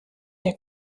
der